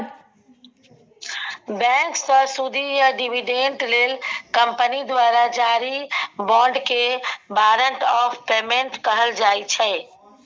बैंकसँ सुदि या डिबीडेंड लेल कंपनी द्वारा जारी बाँडकेँ बारंट आफ पेमेंट कहल जाइ छै